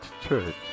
church